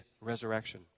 resurrection